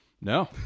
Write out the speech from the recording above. no